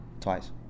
twice